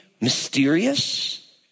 mysterious